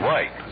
Right